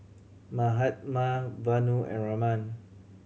Mahatma Vanu and Raman